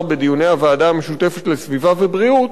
בדיוני הוועדה המשותפת לסביבה ובריאות,